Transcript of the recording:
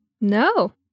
No